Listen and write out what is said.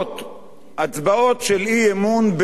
הצבעות של אי-אמון בתמורה.